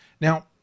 Now